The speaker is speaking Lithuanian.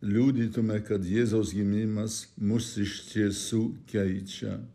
liudytume kad jėzaus gimimas mus iš tiesų keičia